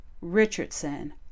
Richardson